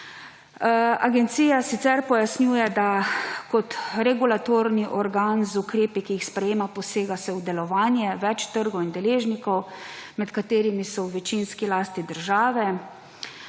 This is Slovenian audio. Agencija sicer pojasnuje, da kot regulatorni organ z ukrepi, ki jih sprejema, posega v delovanje več trgov in deležnikov, ki so v večinski lasti države.